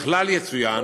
ככלל, יצוין